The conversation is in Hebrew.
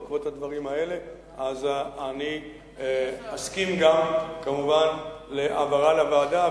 אני אסכים כמובן גם להעברה לוועדה.